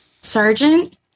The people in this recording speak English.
Sergeant